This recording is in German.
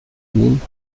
ihn